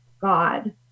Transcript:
god